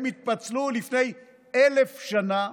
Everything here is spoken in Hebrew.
הם התפצלו לפני אלף שנה.